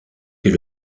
est